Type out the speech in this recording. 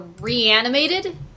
Reanimated